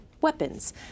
weapons